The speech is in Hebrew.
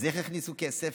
אז איך יכניסו כסף?